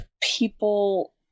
people